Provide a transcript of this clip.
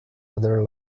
other